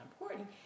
important